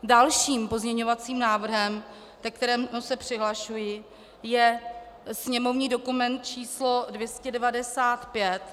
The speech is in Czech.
Dalším pozměňovacím návrhem, ke kterému se přihlašuji, je sněmovní dokument č. 295.